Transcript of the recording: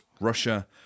Russia